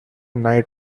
night